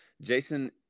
Jason